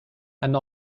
and